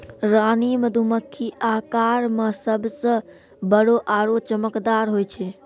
रानी मधुमक्खी आकार मॅ सबसॅ बड़ो आरो चमकदार होय छै